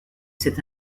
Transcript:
cet